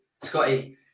Scotty